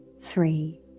Three